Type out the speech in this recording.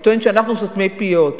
טוען שאנחנו סותמי פיות.